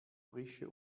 frische